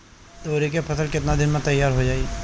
तोरी के फसल केतना दिन में तैयार हो जाई?